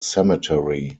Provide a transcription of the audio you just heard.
cemetery